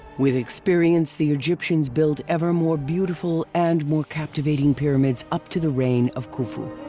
with experience the egyptians built ever more beautiful and more captivating pyramids up to the reign of khufu.